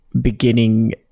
beginning